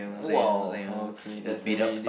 !wow! okay that's a really